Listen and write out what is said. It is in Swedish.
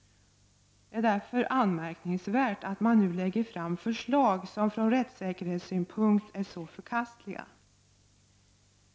Det är därför anmärkningsvärt att man nu lägger fram förslag som från rättssäkerhetssynpunkt är så förkastliga.